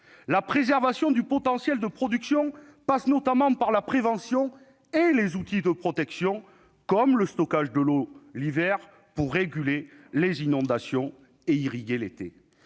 La préservation du potentiel de production passe, notamment, par la prévention et la mise en place d'outils de protection, comme le stockage de l'eau en hiver pour réguler les inondations et irriguer